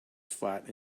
flat